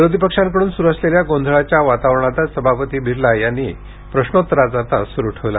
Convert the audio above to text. विरोधी पक्षांकडून सुरू असलेल्या गोंधळाच्या वातावरणात सभापती बिर्ला यां प्रश्नोत्तराचा तास सुरू ठेवला